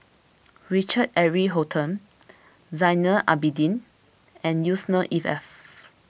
Richard Eric Holttum Zainal Abidin and Yusnor E F